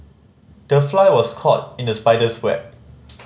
the fly was caught in the spider's web